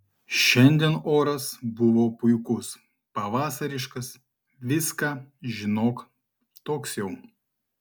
šiandien oras buvo puikus pavasariškas viską žinok toks jau